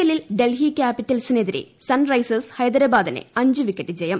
എല്ലിൽ ഡൽഹി ക്യാപിറ്റൽസിനെതിരെ sun risers ഹൈദരാബാദിന് അഞ്ച് വിക്കറ്റ് ജയം